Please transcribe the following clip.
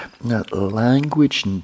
language